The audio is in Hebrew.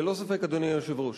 ללא ספק, אדוני היושב-ראש.